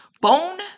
Bone